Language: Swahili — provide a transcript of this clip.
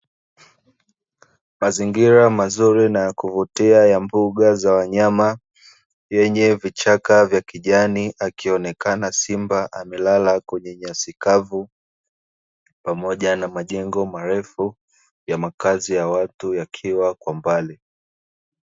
Mazingira mazuri na ya kuvutia ya mbuga za wanyama yenye vichaka vya kijani, akionekana simba amelala kwenye nyasi kavu pamoja na majengo marefu ya makazi ya watu yakiwa kwa mbali.